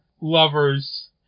lovers